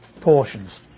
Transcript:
portions